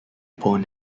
born